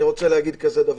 אני רוצה להגיד כזה דבר,